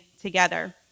together